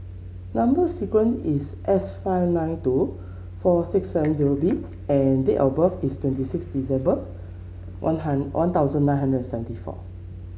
number sequence is S five nine two four six seven zero B and date of birth is twenty six December One Hundred One Thousand nine hundred and seventy four